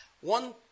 One